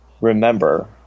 remember